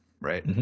right